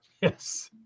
Yes